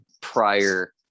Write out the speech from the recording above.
prior